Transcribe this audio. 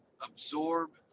absorb